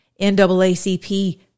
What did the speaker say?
NAACP